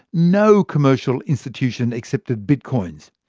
no commercial institution accepted bitcoins.